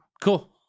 Cool